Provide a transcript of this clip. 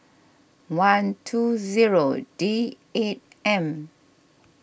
one two zero D eight M